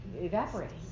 evaporates